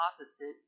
opposite